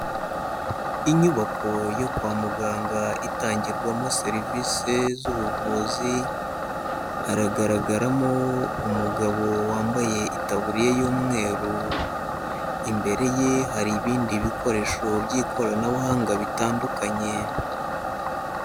Inyubako yo kwa muganga, itangirwamo serivise z'ubuvuzi, haragaragaramo umugabo wambaye itaburiya y'umweru. Imbere ye, hari ibindi bikoresho by'ikoranabuhanga bitandukanye.